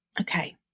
Okay